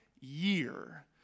year